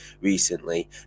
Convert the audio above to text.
recently